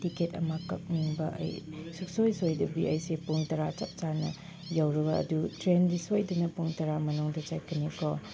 ticket ꯑꯃ ꯀꯛꯅꯤꯡꯕ ꯑꯩ ꯁꯨꯡꯁꯣꯏ ꯁꯣꯏꯗꯕꯤ ꯑꯩꯁꯦ ꯄꯨꯡ ꯇꯔꯥ ꯆꯞ ꯆꯥꯅ ꯌꯧꯔꯒ ꯑꯗꯨ ꯇ꯭ꯔꯦꯟꯗꯤ ꯁꯣꯏꯗꯅ ꯄꯨꯡ ꯇꯔꯥ ꯃꯅꯨꯡꯗ ꯆꯠꯀꯅꯤꯀꯣ